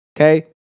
Okay